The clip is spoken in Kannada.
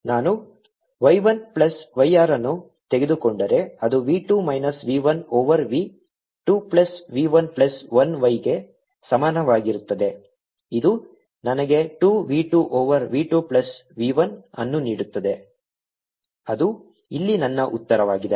ನಾನು y I plus y r ಅನ್ನು ತೆಗೆದುಕೊಂಡರೆ ಅದು v 2 minus v 1 over v 2 plus v 1 plus 1 y I ಗೆ ಸಮಾನವಾಗಿರುತ್ತದೆ ಇದು ನನಗೆ 2 v 2 over v 2 plus v 1 ಅನ್ನು ನೀಡುತ್ತದೆ ಅದು ಇಲ್ಲಿ ನನ್ನ ಉತ್ತರವಾಗಿದೆ